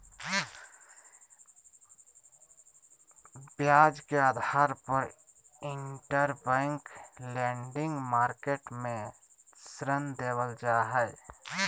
ब्याज के आधार पर इंटरबैंक लेंडिंग मार्केट मे ऋण देवल जा हय